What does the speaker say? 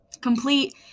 complete